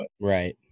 right